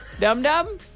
Dum-dum